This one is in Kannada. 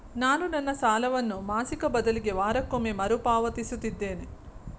ನಾನು ನನ್ನ ಸಾಲವನ್ನು ಮಾಸಿಕ ಬದಲಿಗೆ ವಾರಕ್ಕೊಮ್ಮೆ ಮರುಪಾವತಿಸುತ್ತಿದ್ದೇನೆ